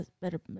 better